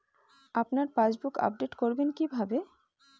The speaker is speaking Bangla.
আপনার পাসবুক আপডেট করবেন কিভাবে?